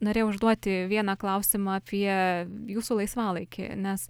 norėjau užduoti vieną klausimą apie jūsų laisvalaikį nes